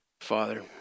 Father